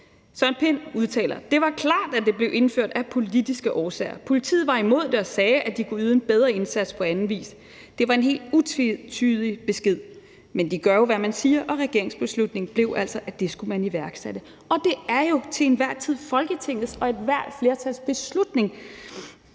Søren Pind udtaler: »Det var klart, at det blev indført af politiske årsager ... Politiet var imod det og sagde, at de kunne yde en bedre indsats på anden vis. Det var en helt utvetydig besked. Men de gør jo, hvad man siger, og regeringsbeslutningen blev altså, at det skulle man iværksætte.« Det er jo til enhver tid Folketingets og ethvert flertals beslutning